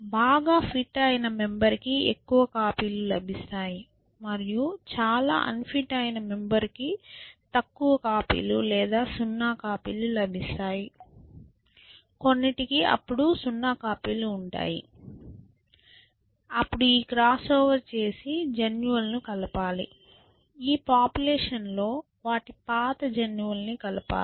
బాగా ఫిట్ అయిన మెంబెర్ కి ఎక్కువ కాపీలు లభిస్తాయి మరియు చాలా అన్ఫిట్ అయిన మెంబెర్ కి తక్కువ కాపీలు లేదా 0 కాపీలు లభిస్తాయి కొన్నిటికి అప్పుడు 0 కాపీలు ఉంటాయి అప్పుడు ఈ క్రాస్ ఓవర్ చేసి జన్యువులను కలపాలి ఈ పాపులేషన్లో వాటి పాత జన్యువులను కలపాలి